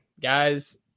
Guys